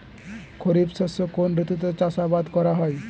খরিফ শস্য কোন ঋতুতে চাষাবাদ করা হয়?